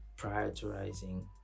prioritizing